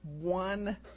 one